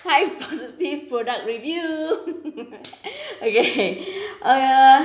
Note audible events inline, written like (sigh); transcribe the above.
hi positive product review (laughs) okay uh